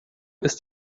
ist